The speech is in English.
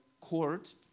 court